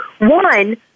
One